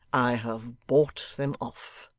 i have bought them off